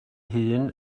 hun